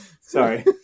Sorry